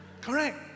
Correct